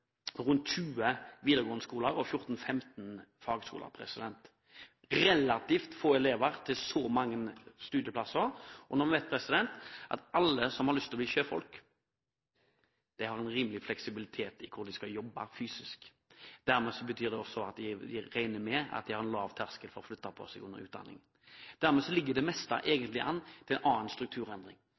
rundt 20 videregående skoler og 14–15 fagskoler. Det er relativt få elever til så mange studieplasser. Og når vi vet at alle som har lyst til å bli sjøfolk, har en rimelig grad av fleksibilitet med hensyn til hvor de skal jobbe, regner jeg med at de har en lav terskel for å flytte på seg under utdanningen. Dermed ligger det meste egentlig an til en strukturendring.